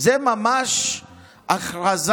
בעיניי זו ממש הכרזת